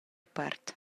part